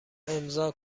امضا